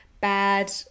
bad